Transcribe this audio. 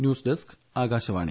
news desk Akashvani